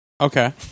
Okay